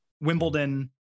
Wimbledon